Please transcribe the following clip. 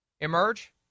emerge